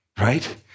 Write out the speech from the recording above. right